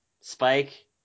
Spike